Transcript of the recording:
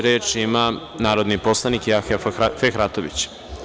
Reč ima narodni poslanik Jahja Fehratović.